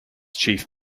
chief